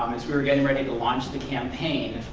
as we were getting ready to launch the campaign,